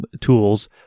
tools